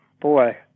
boy